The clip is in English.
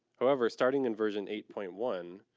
however, starting in version eight point one,